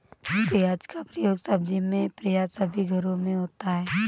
प्याज का प्रयोग सब्जी में प्राय सभी घरों में होता है